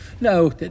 No